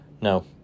No